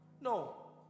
No